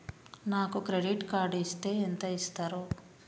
నాకు credit card ఇస్తే ఎంత ఇస్తరు?